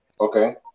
Okay